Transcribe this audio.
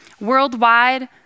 Worldwide